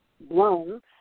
blown